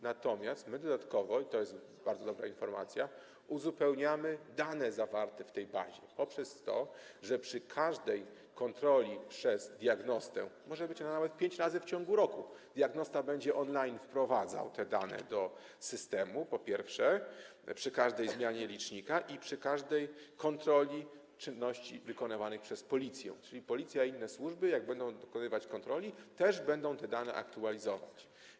Natomiast my dodatkowo, i to jest bardzo dobra informacja, uzupełniamy dane zawarte w tej bazie poprzez to, że przy każdej kontroli przez diagnostę, a może ona być nawet pięć razy w ciągu roku, diagnosta będzie on-line wprowadzał te dane do systemu, przy każdej zmianie licznika i przy każdej kontroli czynności wykonywanych przez Policję, czyli Policja i inne służby, jak będą dokonywać kontroli, też będą te dane aktualizować.